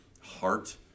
Heart